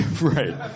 Right